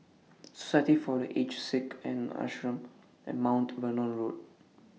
Society For The Aged Sick The Ashram and Mount Vernon Road